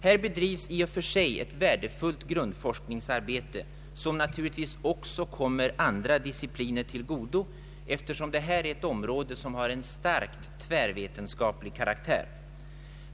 Här bedrivs i och för sig ett värdefullt grundforskningsarbete, som naturligtvis också kommer andra discipliner till godo, eftersom detta är ett område av starkt tvärvetenskaplig karaktär.